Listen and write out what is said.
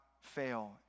fail